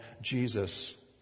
Jesus